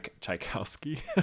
Tchaikovsky